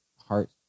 heart